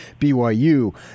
BYU